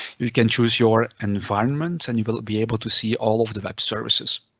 you can choose your environment and you will be able to see all of the web services.